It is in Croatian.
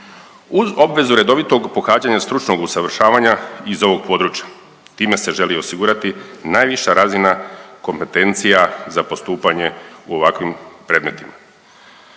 obveznog pohađanja stručnog usavršavanja iz ovog područja. Time se želi osigurati najviša razina kompetencija za postupanje u ovakvim predmetima.